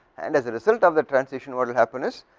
and as the result of the transition what will happen is,